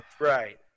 Right